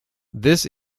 this